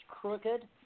crooked